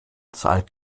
zahlt